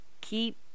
keep